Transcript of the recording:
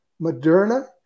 Moderna